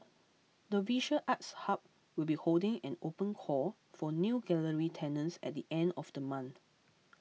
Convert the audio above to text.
the visual arts hub will be holding an open call for new gallery tenants at the end of the month